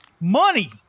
money